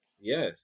Yes